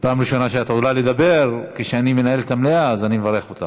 את המליאה, אז אני מברך אותך.